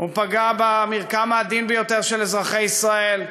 הוא פגע במרקם העדין ביותר של אזרחי ישראל,